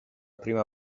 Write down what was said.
prima